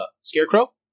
Scarecrow